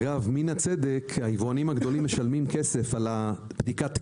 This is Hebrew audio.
אגב מן הצדק היבואנים הגדולים משלמים כסף על בדיקת התקינה.